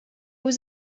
was